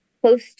close